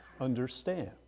understand